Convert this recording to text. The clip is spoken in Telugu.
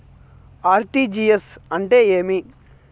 ఆర్.టి.జి.ఎస్ అంటే ఏమి